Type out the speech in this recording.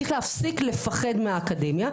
צריך להפסיק לפחד מהאקדמיה,